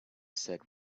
sad